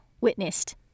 witnessed